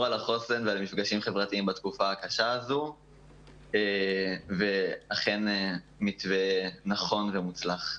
על החוסן ועל מפגשים חברתיים בתקופה הקשה הזו ואכן מתווה נכון ומוצלח.